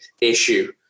issue